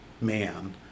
man